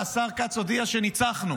השר כץ הודיע שניצחנו.